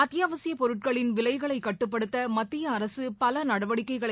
அத்தியாவசிய பொருட்களின் விலைகளை கட்டுப்படுத்த மத்திய அரசு பல நடவடிக்கைகளை